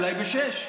אולי ב-06:00.